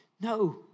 No